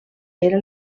era